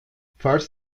falls